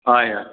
हय हय